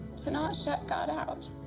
to not shut god out,